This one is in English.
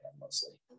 mostly